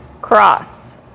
cross